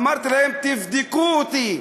אמרתי להם: תבדקו אותי.